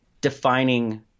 defining